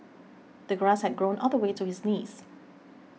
the grass had grown all the way to his knees